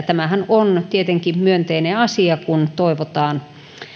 tämähän on tietenkin myönteinen asia kun toivotaan